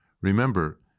Remember